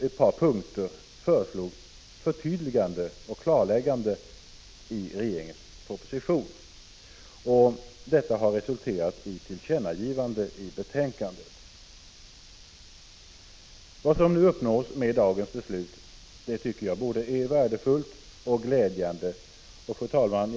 ett par punkter föreslog förtydligande och klarläggande av regeringens proposition. Detta har resulterat i ett tillkännagivande i betänkandet. Det som uppnås med dagens beslut tycker jag är både värdefullt och 67 glädjande.